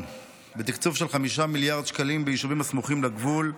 בתקצוב של 5 מיליארד שקלים ביישובים הסמוכים לגבול,